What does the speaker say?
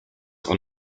are